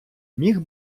міг